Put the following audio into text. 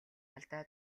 алдаа